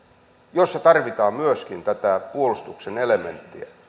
siinä tarvitaan myöskin puolustuksen elementtejä